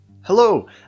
Hello